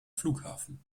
flughafen